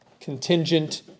contingent